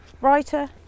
writer